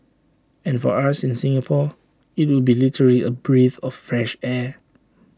and for us in Singapore IT would be literally A breath of fresh air